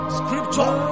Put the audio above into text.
scripture